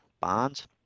bonds